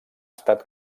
estat